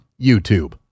YouTube